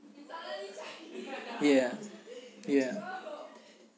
ya ya